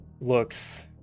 looks